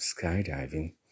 skydiving